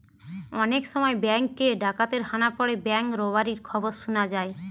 অনেক সময় বেঙ্ক এ ডাকাতের হানা পড়ে ব্যাঙ্ক রোবারির খবর শুনা যায়